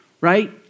right